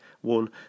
one